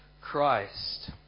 Christ